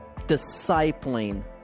discipling